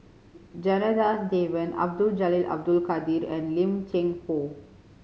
Janadas Devan Abdul Jalil Abdul Kadir and Lim Cheng Hoe